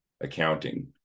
accounting